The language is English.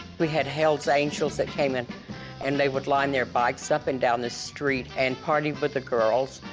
we had hell's angels that came, and and they would line their bikes up and down the street and party with the girls.